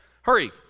Hurry